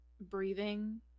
breathing